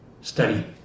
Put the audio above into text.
study